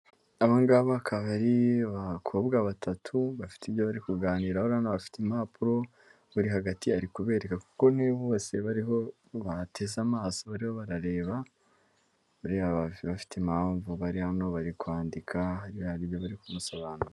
Aba ngaba akaba ari abakobwa batatu bafite ibyo bari kuganiraho, urabona bafite impapuro, uri hagati ari kubereka kuko niwe bose bariho bateze amaso, bariho barareba, buriya bafite impamvu bari hano bari kwandika hari ibyo bari kumusobanuza..